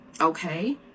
okay